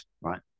right